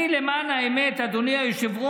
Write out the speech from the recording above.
אני, למען האמת, אדוני היושב-ראש,